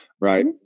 right